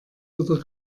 oder